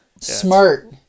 Smart